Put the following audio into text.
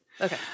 Okay